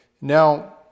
Now